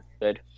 Good